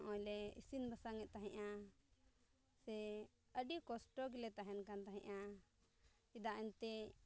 ᱱᱚᱜᱼᱚᱸᱭ ᱞᱮ ᱤᱥᱤᱱ ᱵᱟᱥᱟᱝᱮᱫ ᱠᱟᱱ ᱛᱟᱦᱮᱱᱟ ᱥᱮ ᱟᱹᱰᱤ ᱠᱚᱥᱴᱚ ᱜᱮᱞᱮ ᱛᱟᱦᱮᱱ ᱠᱟᱱ ᱛᱟᱦᱮᱸᱫᱼᱟ ᱪᱮᱫᱟᱜ ᱮᱱᱛᱮᱫ